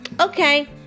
Okay